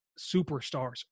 superstars